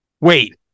Wait